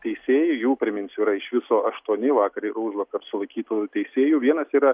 teisėjai jų priminsiu yra iš viso aštuoni vakar ir užvakar sulaikytų teisėjų vienas yra